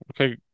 Okay